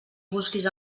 busquis